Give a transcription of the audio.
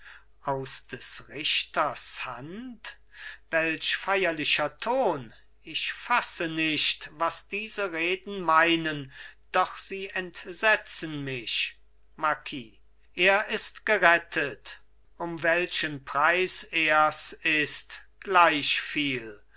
aus des richters hand welch feierlicher ton ich fasse nicht was diese reden meinen doch sie entsetzen mich marquis er ist gerettet um welchen preis ers ist